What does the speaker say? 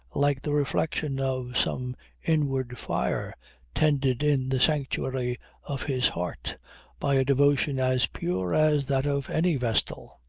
like the reflection of some inward fire tended in the sanctuary of his heart by a devotion as pure as that of any vestal.